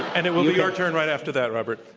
and it will be your turn right after that, robert.